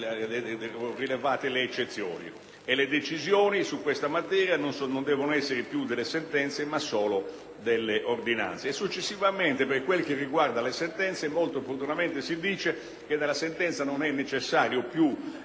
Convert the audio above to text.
le decisioni su questa materia non devono più essere delle sentenze, ma solo delle ordinanze. Successivamente, per quanto riguarda le sentenze, molto opportunamente si dice che nella sentenza non è più necessario